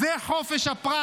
זה חופש הפרט.